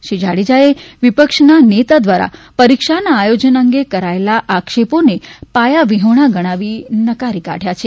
શ્રી જાડેજાએ વિપક્ષના નેતા દ્વારા પરીક્ષાના આયોજન અંગે કરાયેલા આક્ષેપોને પાયાવિહોણા ગણાવીને નકારી કાઢ્યા છે